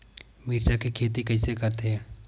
मिरचा के खेती कइसे करथे?